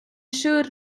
siŵr